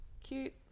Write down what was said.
Cute